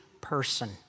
person